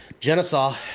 Genesaw